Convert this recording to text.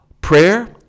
Prayer